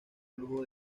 flujo